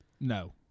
No